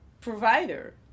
provider